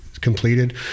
completed